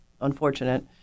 unfortunate